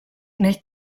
nel